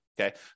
Okay